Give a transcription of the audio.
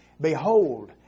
Behold